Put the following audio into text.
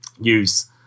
use